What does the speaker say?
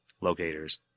locators